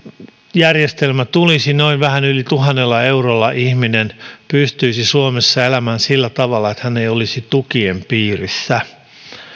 järjestelmä tulisi noin vähän yli tuhannella eurolla ihminen pystyisi suomessa elämään sillä tavalla että hän ei olisi tukien piirissä